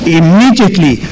immediately